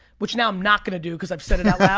which now i'm not gonna do, cause i said it out